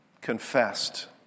confessed